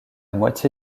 moitié